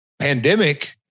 pandemic